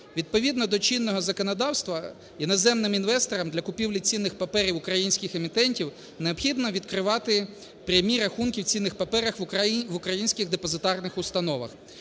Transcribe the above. Відповідно до чинного законодавства іноземним інвесторам для купівлі цінних паперів українських емітентів необхідно відкривати прямі рахунки в цінних паперах в українських депозитарних установах,